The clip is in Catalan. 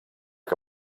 que